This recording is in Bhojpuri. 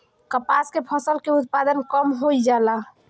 कपास के फसल के उत्पादन कम होइ जाला?